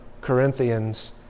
Corinthians